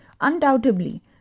Undoubtedly